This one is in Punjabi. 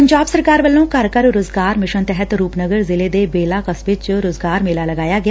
ਪੰਜਾਬ ਸਰਕਾਰ ਵੱਲੋਂ ਘਰ ਘਰ ਰੁਜ਼ਗਾਰ ਮਿਸ਼ਨ ਤਹਿਤ ਰੂਪਨਗਰ ਜ਼ਿਲ਼ੇ ਦੇ ਬੇਲਾ ਕਸਬੇ ਚ ਰੁਜ਼ਗਾਰ ਮੇਲਾ ਲਗਾਇਆ ਗਿਆ